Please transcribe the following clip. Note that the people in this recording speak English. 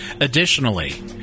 additionally